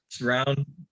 round